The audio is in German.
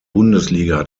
bundesliga